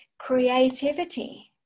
creativity